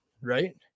right